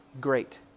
Great